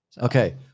Okay